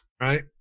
right